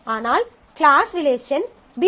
ஆனால் class relation B